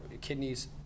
kidneys